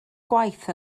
gwaith